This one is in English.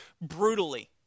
brutally